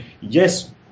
yes